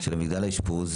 של מגדל האשפוז,